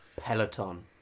Peloton